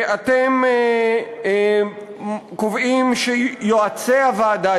אתם קובעים שיועצי הוועדה,